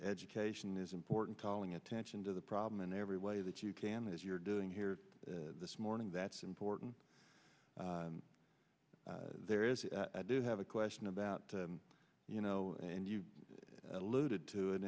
education is important calling attention to the problem in every way that you can as you're doing here this morning that's important there is i do have a question about you know and you alluded to it